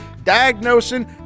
diagnosing